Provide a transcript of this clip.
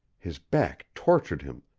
his back tortured him,